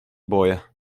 boję